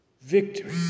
victory